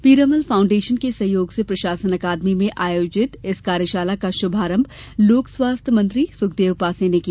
Piramal foundation के सहयोग से प्रशासन अकादमी में आयोजित इस कार्यशाला का शुभारंभ लोक स्वास्थ्य मंत्री सुखदेव पांसे किया